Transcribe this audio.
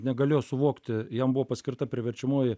negalėjo suvokti jam buvo paskirta priverčiamoji